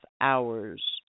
hours